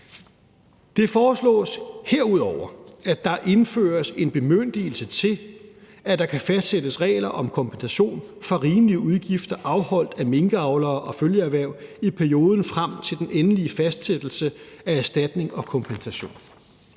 Det foreslås herudover, at der indføres en bemyndigelse til, at der kan fastsættes regler om kompensation for rimelige udgifter afholdt af minkavlere og følgeerhverv i perioden frem til den endelige fastsættelse af erstatning og kompensation.